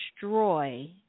destroy